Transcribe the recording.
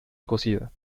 cocida